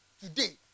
Today